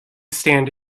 stand